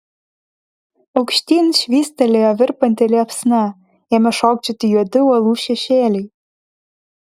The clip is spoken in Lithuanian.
aukštyn švystelėjo virpanti liepsna ėmė šokčioti juodi uolų šešėliai